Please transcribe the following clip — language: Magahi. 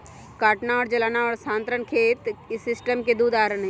काटना और जलाना और स्थानांतरण खेत इस सिस्टम के दु उदाहरण हई